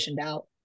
out